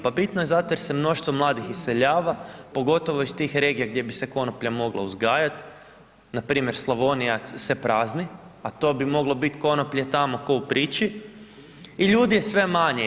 Pa bitno je zato jer se mnoštvo mladih iseljava pogotovo iz tih regija gdje bi se konoplja mogla uzgajati, npr. Slavonija se prazni, a to bi moglo biti konoplje tamo ko u priči i ljudi je sve manje.